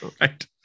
Right